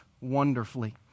wonderfully